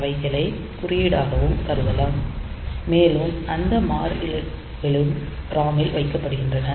அவைகளை குறியீடாகவும் கருதப்படலாம் மேலும் அந்த மாறிலிகளும் ROM இல் வைக்கப்படுகின்றன